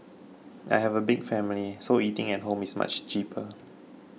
I have a big family so eating at home is much cheaper